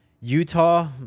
Utah